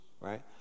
right